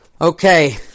Okay